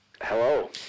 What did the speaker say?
Hello